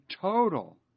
total